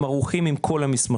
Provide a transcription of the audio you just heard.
הם ערוכים עם כל המסמכים,